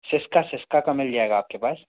सिसका सिसका का मिल जाएगा आपके पास